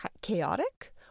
chaotic